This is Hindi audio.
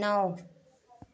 नौ